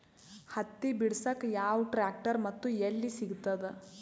ಹತ್ತಿ ಬಿಡಸಕ್ ಯಾವ ಟ್ರ್ಯಾಕ್ಟರ್ ಮತ್ತು ಎಲ್ಲಿ ಸಿಗತದ?